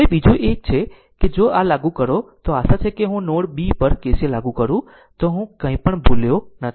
હવે બીજો એક છે જો r લાગુ કરો તો આશા છે કે જો હું નોડ b પર KCL લાગુ કરું તો હું કંઈપણ ભૂલ્યો નથી